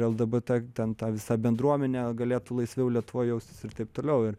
lgbt ten ta visa bendruomenė galėtų laisviau lietuvoj jaustis ir taip toliau ir